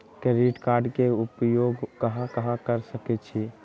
Credit card के उपयोग कहां कहां कर सकईछी?